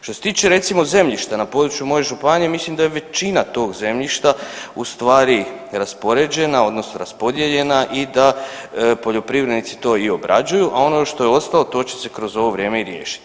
Što se tiče recimo zemljišta na području moje županije, mislim da je većina tog zemljišta ustvari raspoređena odnosno raspodijeljena i da poljoprivrednici to i obrađuju, a ono što je ostalo to će se kroz ovo vrijeme i riješit.